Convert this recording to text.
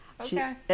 Okay